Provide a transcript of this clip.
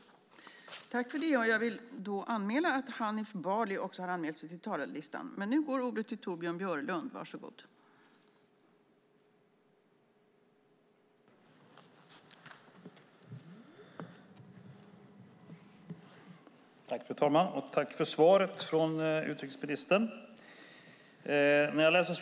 Förste vice talmannen meddelade att Monica Green, som framställt en av interpellationerna, var förhindrad att delta i debatten.